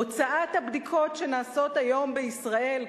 הוצאת הבדיקות שנעשות היום בישראל,